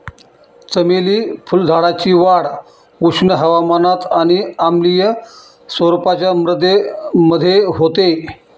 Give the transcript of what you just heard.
चमेली फुलझाडाची वाढ उष्ण हवामानात आणि आम्लीय स्वरूपाच्या मृदेमध्ये होते